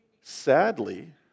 Sadly